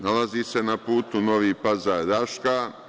Nalazi se na putu Novi Pazar-Raška.